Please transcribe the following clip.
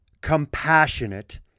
compassionate